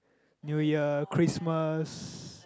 New Year Christmas